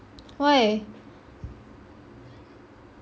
why